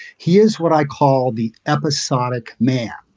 he is what i call the episodic man.